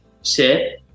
sit